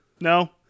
No